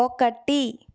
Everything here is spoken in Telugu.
ఒకటి